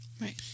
Right